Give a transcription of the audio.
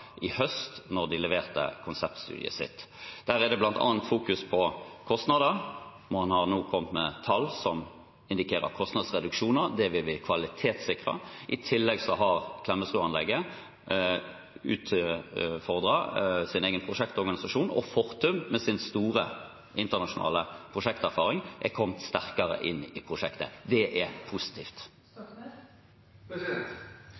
i høst da de leverte konseptstudien sin. Der fokuseres det bl.a. på kostnader. Man har nå kommet med tall som indikerer kostnadsreduksjoner. Det vil vi kvalitetssikre. I tillegg har Klemetsrud-anlegget utfordret sin egen prosjektorganisasjon, og Fortum, med sin store internasjonale prosjekterfaring, er kommet sterkere inn i prosjektet. Det er positivt.